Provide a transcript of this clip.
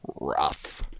rough